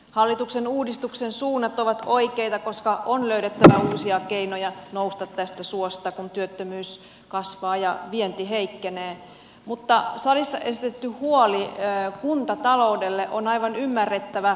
hallituksen uudistuksen suunnat ovat oikeita koska on löydettävä uusia keinoja nousta tästä suosta kun työttömyys kasvaa ja vienti heikkenee mutta salissa esitetty huoli kuntataloudesta on aivan ymmärrettävä